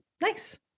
nice